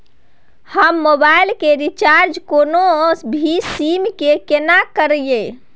हम मोबाइल के रिचार्ज कोनो भी सीम के केना करिए?